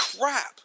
crap